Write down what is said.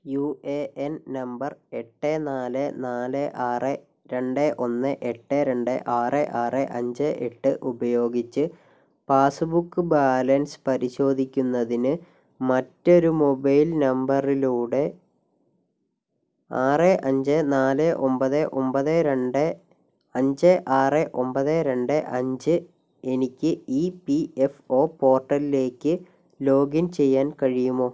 U A N number എട്ട് നാല് നാല് ആറ് രണ്ട് ഒന്ന് എട്ട് രണ്ട് ആറ് ആറ് അഞ്ച് എട്ട് ഉപയോഗിച്ച് പാസ്ബുക്ക് ബാലൻസ് പരിശോധിക്കുന്നതിന് മറ്റൊരു മൊബൈൽ നമ്പറിലൂടെ ആറ് അഞ്ച് നാല് ഒമ്പത് ഒമ്പത് രണ്ട് അഞ്ച് ആറ് ഒമ്പത് രണ്ട് അഞ്ച് എനിക്ക് ഇ പി എഫ് ഒ പോർട്ടലിലേക്ക് ലോഗിൻ ചെയ്യാൻ കഴിയുമോ